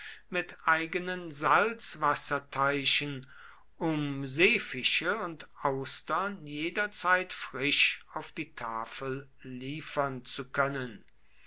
mit eigenen salzwasserteichen um seefische und austern jederzeit frisch auf die tafel liefern zu können